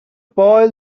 boy